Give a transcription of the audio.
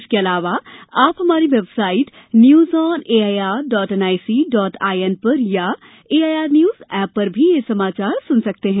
इसके अलावा आप हमारी वेबसाइट न्यूज ऑन ए आ I R dot N I C dot I N पर अथवा A I R news app पर भी समाचार सुन सकते हैं